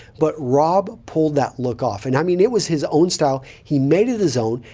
but rob pulled that look off. and i mean it was his own style, he made it his own,